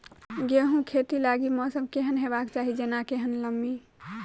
गेंहूँ खेती लागि मौसम केहन हेबाक चाहि जेना केहन नमी?